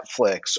Netflix